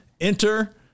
Enter